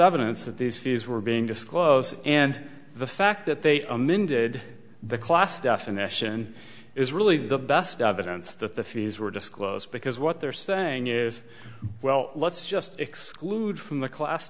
evidence that these fees were being disclosed and the fact that they are mended the class definition is really the best evidence that the fees were disclosed because what they're saying is well let's just exclude from the class